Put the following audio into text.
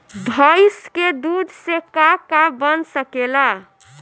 भइस के दूध से का का बन सकेला?